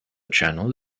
channel